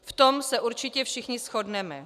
V tom se určitě všichni shodneme.